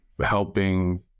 Helping